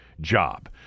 job